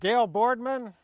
gail boardman